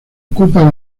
ocupa